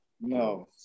no